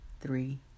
three